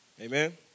Amen